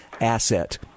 asset